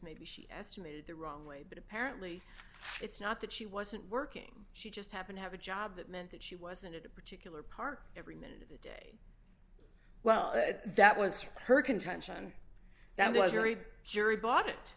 maybe she estimated the wrong way but apparently it's not that she wasn't working she just happen to have a job that meant that she wasn't at a particular park every minute of the day ringback well that was her contention that was very jury bought it